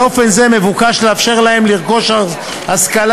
באופן זה מבוקש לאפשר להם לרכוש השכלה,